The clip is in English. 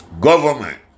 government